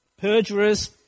Perjurers